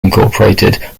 incorporated